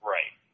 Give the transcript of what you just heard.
Right